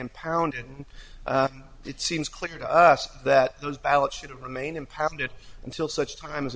impounded and it seems clear to us that those ballots should remain impounded until such time